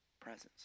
presence